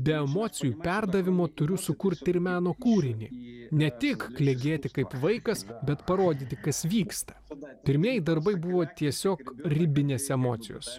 be emocijų perdavimo turiu sukurti ir meno kūrinį ne tik klegėti kaip vaikas bet parodyti kas vyksta pirmieji darbai buvo tiesiog ribinės emocijos